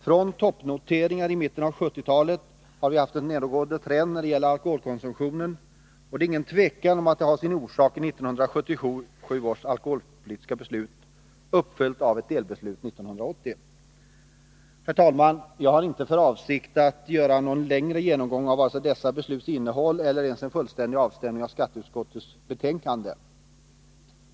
Från toppnoteringar i mitten på 1970-talet har vi haft en nedåtgående trend när det gäller alkoholkonsumtionen. Utan tvivel har det sin orsak i 1977 års alkoholpolitiska beslut, uppföljt av ett delbeslut 1980. Herr talman! Jag har inte för avsikt att göra någon längre genomgång av dessa besluts innehåll eller ens en fullständig avstämning av skatteutskottets betänkande.